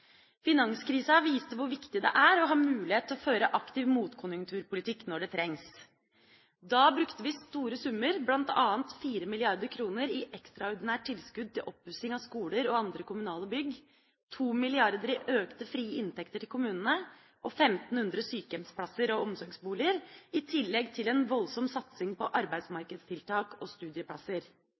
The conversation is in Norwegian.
Finanskrisa viste hvor viktig det er å ha mulighet til å føre aktiv motkonjunkturpolitikk når det trengs. Da brukte vi store summer, bl.a. 4 mrd. kr i ekstraordinært tilskudd til oppussing av skoler og andre kommunale bygg, 2 mrd. kr i økte frie inntekter til kommunene og 1 500 sykehjemsplasser og omsorgsboliger, i tillegg til en voldsom satsing på arbeidsmarkedstiltak og studieplasser.